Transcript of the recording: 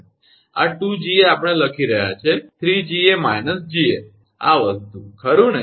તો આ 2𝐺𝑎 આપણે લખીએ છીએ 3𝐺𝑎 − 𝐺𝑎 આ વસ્તુ ખરું ને